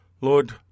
Lord